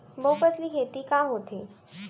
बहुफसली खेती का होथे?